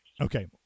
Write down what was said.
Okay